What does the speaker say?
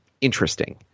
interesting